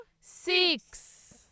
Six